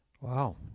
Wow